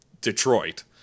detroit